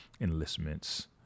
enlistments